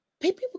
people